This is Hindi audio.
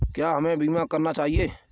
क्या हमें बीमा करना चाहिए?